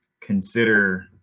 consider